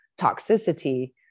toxicity